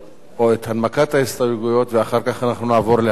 או את הנמקת ההסתייגויות, ואחר כך נעבור להצבעה.